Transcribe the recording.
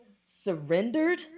surrendered